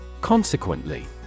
Consequently